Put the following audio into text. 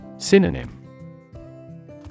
Synonym